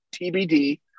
TBD